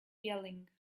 yelling